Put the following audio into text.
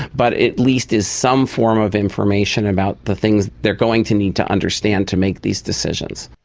but at least is some form of information about the things they are going to need to understand to make these decisions.